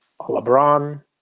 lebron